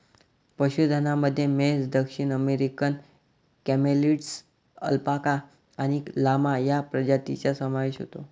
पशुधनामध्ये म्हैस, दक्षिण अमेरिकन कॅमेलिड्स, अल्पाका आणि लामा या प्रजातींचा समावेश होतो